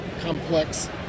complex